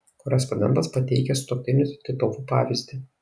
korespondentas pateikia sutuoktinių titovų pavyzdį